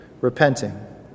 repenting